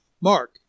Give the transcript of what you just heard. Mark